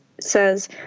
says